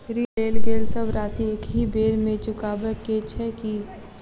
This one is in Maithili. ऋण लेल गेल सब राशि एकहि बेर मे चुकाबऽ केँ छै की?